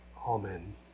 amen